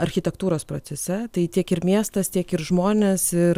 architektūros procese tai tiek ir miestas tiek ir žmonės ir